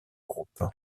groupe